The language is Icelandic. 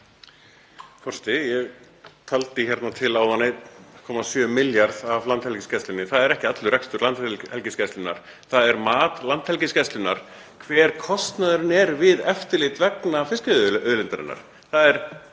Það er ekki allur rekstur Landhelgisgæslunnar. Það er mat Landhelgisgæslunnar á því hver kostnaðurinn er við eftirlit vegna fiskveiðiauðlindarinnar.